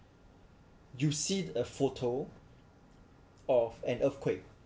you see a photo of an earthquake